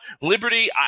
Liberty